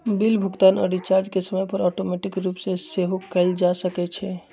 bill भुगतान आऽ recharge के समय पर ऑटोमेटिक रूप से सेहो कएल जा सकै छइ